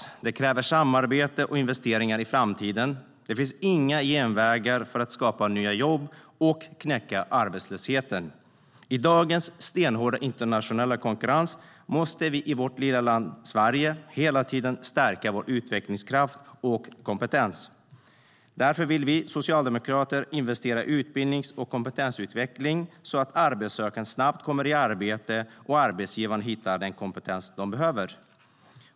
Det kräver samarbete och investeringar i framtiden. Det finns inga genvägar för att skapa nya jobb och knäcka arbetslösheten. I dagens stenhårda internationella konkurrens måste vi i vårt lilla land Sverige hela tiden stärka vår utvecklingskraft och kompetens. Därför vill vi socialdemokrater investera i utbildning och kompetensutveckling så att arbetssökande snabbt kommer i arbete och arbetsgivarna hittar den kompetens de behöver.